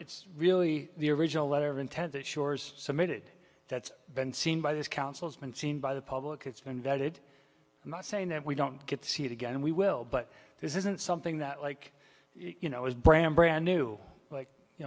it's really the original letter of intent that shore's submitted that's been seen by this council's been seen by the public it's been vetted i'm not saying that we don't get to see it again and we will but this isn't something that like you know is brand brand new like you